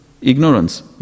ignorance